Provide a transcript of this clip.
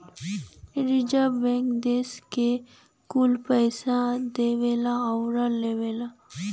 रीजर्वे bank देस के कुल बैंकन के पइसा देवला आउर लेवला